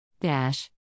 Dash